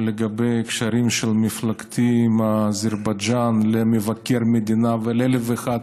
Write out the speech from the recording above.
לגבי קשרים של מפלגתי עם אזרבייג'ן למבקר המדינה ולאלף ואחד,